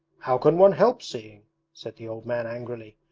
how can one help seeing said the old man angrily,